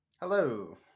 Hello